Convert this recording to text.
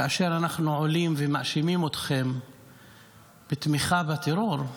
כאשר אנחנו עולים ומאשימים אתכם בתמיכה בטרור,